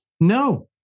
No